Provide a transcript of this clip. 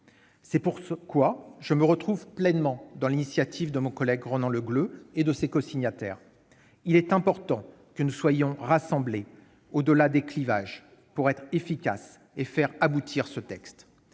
C'est pourquoi je me retrouve pleinement dans l'initiative de Ronan Le Gleut et de ses cosignataires. Il est important que nous soyons rassemblés au-delà des clivages pour être efficaces et faire aboutir ce texte.